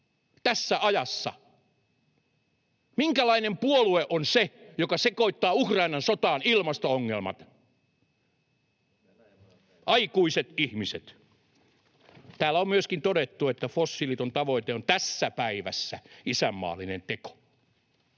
tässä ajassa? Minkälainen puolue on se, joka sekoittaa Ukrainan sotaan ilmasto-ongelmat, [Petri Huru: Venäjä-myönteinen!] aikuiset ihmiset? Täällä on myöskin todettu, että fossiiliton tavoite on tässä päivässä isänmaallinen teko.